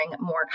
more